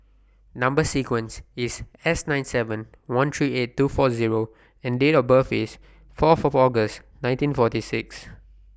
Number sequence IS S nine seven one three eight two four Zero and Date of birth IS Fourth August nineteen forty six